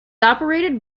operated